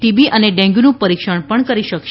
TB અને ડેન્ગ્યુનું પરીક્ષણ કરી શકશે